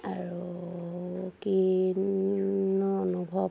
আৰু কিনো অনুভৱ